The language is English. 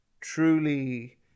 truly